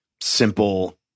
simple